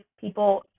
people